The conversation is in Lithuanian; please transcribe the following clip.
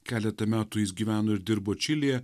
keletą metų jis gyveno ir dirbo čilėje